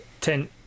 ten